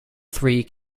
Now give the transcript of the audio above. three